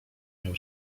nią